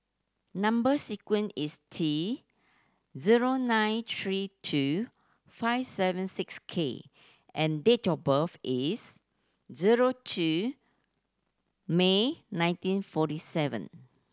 number sequence is T zero nine three two five seven six K and date of birth is zero two May nineteen forty seven